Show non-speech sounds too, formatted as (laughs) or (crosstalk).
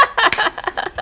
(laughs)